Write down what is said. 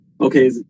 okay